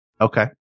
Okay